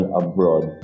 abroad